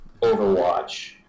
Overwatch